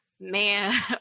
man